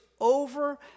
over